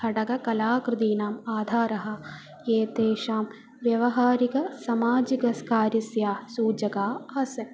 खडगकलाकृतीनाम् आधारः एतेषां व्यवहारिकसामाजिककार्यस्य सूचकः आसीत्